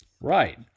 Right